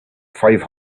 five